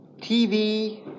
TV